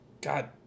God